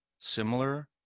similar